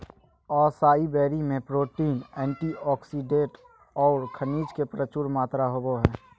असाई बेरी में protein, antioxidant औऊ खनिज के प्रचुर मात्रा होबो हइ